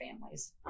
families